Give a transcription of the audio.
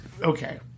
okay